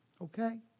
okay